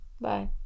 Bye